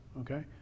Okay